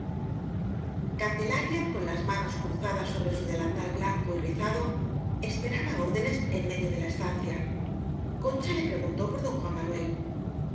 candelaria con las manos cruzadas sobre su delantal blanco y rizado esperaba órde nes en medio de la estancia concha le pre guntó por don juan manuel